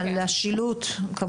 על השילוט כמובן.